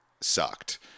sucked